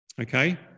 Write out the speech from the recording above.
Okay